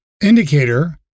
indicator